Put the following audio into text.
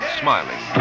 smiling